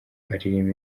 aririmba